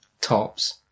tops